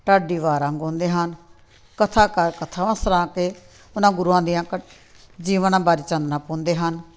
ਢਾਡੀ ਵਾਰਾਂ ਗਾਉਂਦੇ ਹਨ ਕਥਾਕਾਰ ਕਥਾਵਾਂ ਸਰਾਂ ਅਤੇ ਉਹਨਾਂ ਗੁਰੂਆਂ ਦੀਆਂ ਘਟ ਜੀਵਨਾਂ ਬਾਰੇ ਚਾਨਣਾ ਪਾਉਂਦੇ ਹਨ